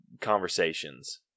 conversations